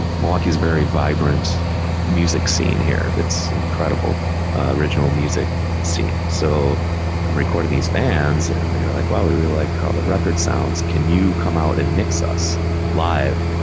ah milwaukee is very vibrant music scene here that's an incredible original music scene. so i'm recording these bands and they were like, wow, we really like how the record sounds, can you come out and mix us live?